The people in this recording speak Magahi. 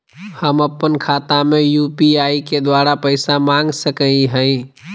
हम अपन खाता में यू.पी.आई के द्वारा पैसा मांग सकई हई?